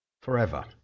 forever